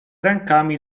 rękami